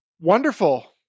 Wonderful